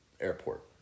airport